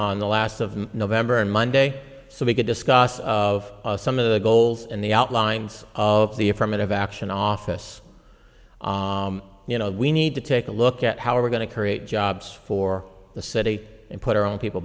on the last of november and monday so we could discuss of some of the goals and the outlines of the affirmative action office you know we need to take a look at how we're going to create jobs for the city and put our own people